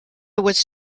was